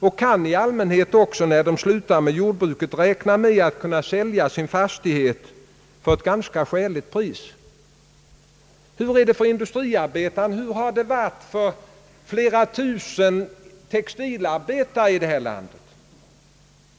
De kan i allmänhet också när de slutar med jordbruket räkna med att kunna sälja sin fastighet för ett ganska skäligt pris. Hur har förhållandena i detta avseende varit för industriarbetarna och för flera tusen textilarbetare i detta land?